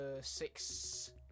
six